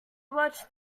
watched